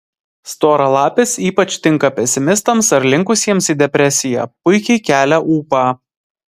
storalapis ypač tinka pesimistams ar linkusiems į depresiją puikiai kelia ūpą